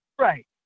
Right